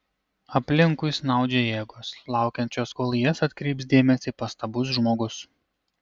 aplinkui snaudžia jėgos laukiančios kol į jas atkreips dėmesį pastabus žmogus